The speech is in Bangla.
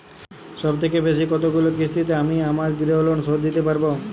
সবথেকে বেশী কতগুলো কিস্তিতে আমি আমার গৃহলোন শোধ দিতে পারব?